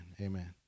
amen